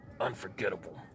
Unforgettable